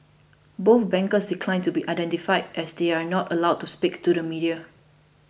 both bankers declined to be identified as they are not allowed to speak to the media